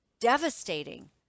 devastating